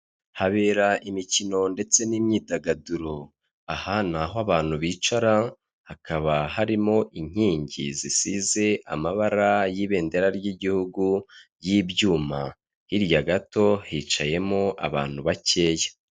Habera imikino ndetse n'imyidagaduro. Aha ni aho abantu bicara, hakaba harimo inkingi zisize amabara y'ibendera ry'igihugu, y'ibyuma. Hirya gato hicayemo abantu bakeya.